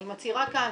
אני מצהירה כאן,